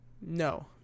No